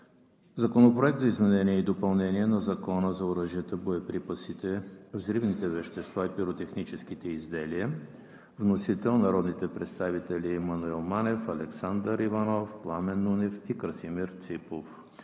Законопроект за изменение и допълнение на Закона за оръжията, боеприпасите, взривните вещества и пиротехническите изделия. Вносители – народните представители Маноил Манев, Александър Иванов, Пламен Нунев и Красимир Ципов.